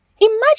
Imagine